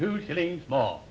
who really small